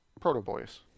Proto-boys